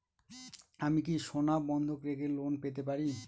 আমি কি সোনা বন্ধক রেখে লোন পেতে পারি?